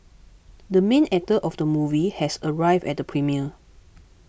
the main actor of the movie has arrived at the premiere